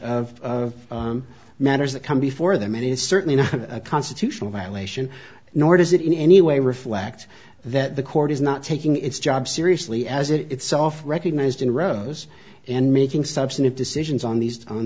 of matters that come before them it is certainly not a constitutional violation nor does it in any way reflect that the court is not taking its job seriously as it itself recognized in rows and making substantive decisions on these on